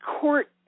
court